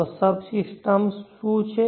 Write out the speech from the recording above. તો સબસિસ્ટમ્સ શું છે